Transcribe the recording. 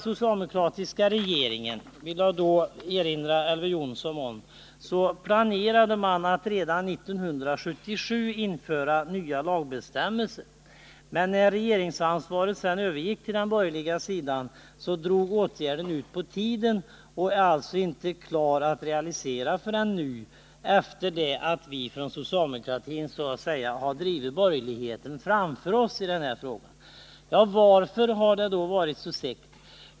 Jag vill erinra Elver Jonsson om att den socialdemokratiska regeringen planerade att redan 1977 införa nya lagbestämmelser, men när regeringsansvaret övergick till de borgerliga drog det hela ut på tiden, så att reformen inte är klar att realisera förrän nu — sedan socialdemokratin i denna fråga så att säga har drivit borgerligheten framför sig. Varför har det då varit så segt?